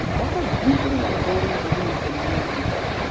that's a deeply ingrained belief in many people,